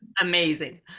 Amazing